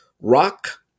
Rock